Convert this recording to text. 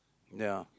ya